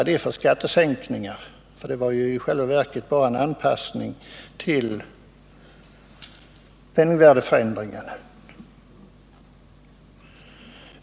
De var bara en anpassning till penningvärdesförändringar.